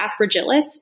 aspergillus